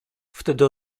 wtedy